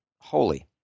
holy